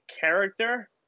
character